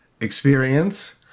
experience